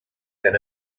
than